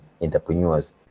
entrepreneurs